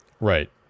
Right